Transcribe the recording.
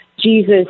Jesus